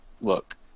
look